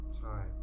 time